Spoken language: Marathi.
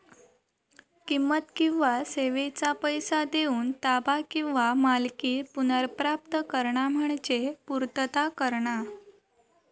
किंमत किंवा सेवेचो पैसो देऊन ताबा किंवा मालकी पुनर्प्राप्त करणा म्हणजे पूर्तता करणा